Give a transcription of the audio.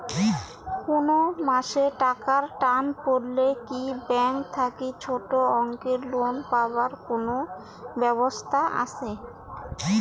কুনো মাসে টাকার টান পড়লে কি ব্যাংক থাকি ছোটো অঙ্কের লোন পাবার কুনো ব্যাবস্থা আছে?